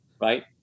right